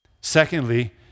Secondly